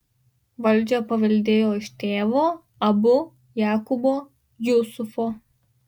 valdžią paveldėjo iš tėvo abu jakubo jusufo